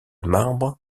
marbre